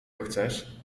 chcesz